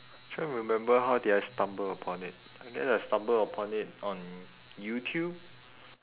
try remember how did I stumble upon it I guess I stumble upon it on youtube